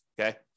Okay